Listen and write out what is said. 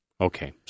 Okay